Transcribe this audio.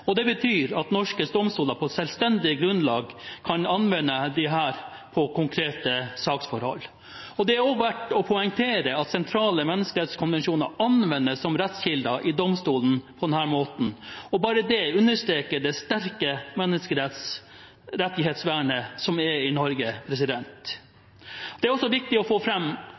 lovgivning. Det betyr at norske domstoler på selvstendig grunnlag kan anvende disse på konkrete saksforhold. Det er også verdt å poengtere at sentrale menneskerettskonvensjoner anvendes som rettskilder i domstolene på denne måten – bare det understreker det sterke menneskerettighetsvernet som er i Norge. Det er viktig å få